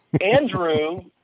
Andrew